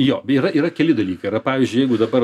jo yra yra keli dalykai yra pavyzdžiui jeigu dabar